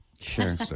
Sure